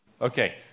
Okay